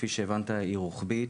כפי שהבנת הסוגייה היא רוחבית,